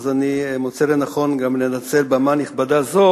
אני מוצא לנכון גם לנצל במה נכבדה זו